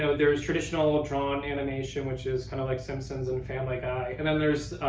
so there's traditional drawn animation, which is kind of like simpsons and family guy, and then there's,